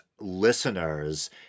listeners